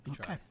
Okay